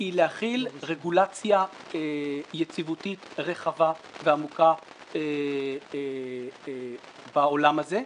היא להחיל רגולציה יציבותית רחבה ועמוקה בעולם הזה.